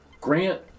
Grant